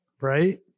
right